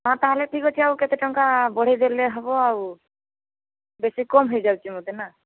ହଁ ତା'ହେଲେ ଠିକ୍ ଅଛି ଆଉ କେତେ ଟଙ୍କା ବଢ଼େଇ ଦେଲେ ହେବ ଆଉ ବେଶୀ କମ୍ ହୋଇଯାଉଛି ମୋତେ ନା